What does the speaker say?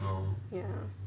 ya